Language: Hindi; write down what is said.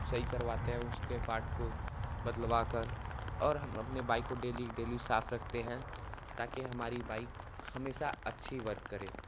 सही करवाते हैं उसके पार्ट को बदलवा कर और हम अपने बाइक को डेली डेली साफ रखते हैं ताकि हमारी बाइक हमेशा अच्छी वर्क करे